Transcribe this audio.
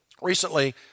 recently